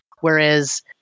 Whereas